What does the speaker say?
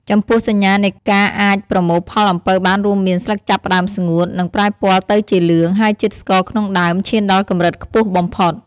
ចំពោះសញ្ញានៃការអាចប្រមូលផលអំពៅបានរួមមាន ស្លឹកចាប់ផ្តើមស្ងួត និងប្រែពណ៌ទៅជាលឿង ហើយជាតិស្ករក្នុងដើមឈានដល់កម្រិតខ្ពស់បំផុត។